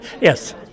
Yes